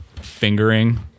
fingering